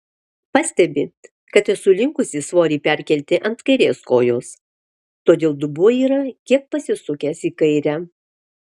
pastebi kad esu linkusi svorį perkelti ant kairės kojos todėl dubuo yra kiek pasisukęs į kairę